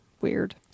weird